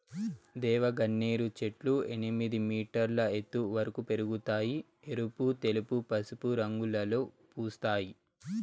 దేవగన్నేరు చెట్లు ఎనిమిది మీటర్ల ఎత్తు వరకు పెరగుతాయి, ఎరుపు, తెలుపు, పసుపు రంగులలో పూస్తాయి